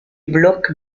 bloc